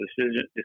decision